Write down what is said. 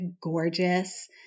gorgeous